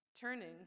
Turning